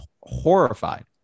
horrified